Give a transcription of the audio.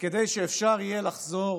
וכדי שאפשר יהיה לחזור